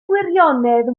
gwirionedd